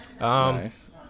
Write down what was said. Nice